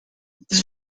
this